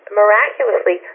miraculously